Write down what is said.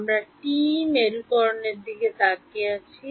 আমরা TE মেরুকরণের দিকে তাকিয়ে আছি